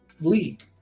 league